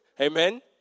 Amen